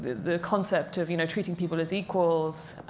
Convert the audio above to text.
the concept of, you know, treating people as equals.